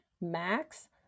max